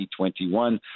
2021